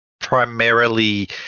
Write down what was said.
primarily